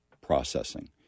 processing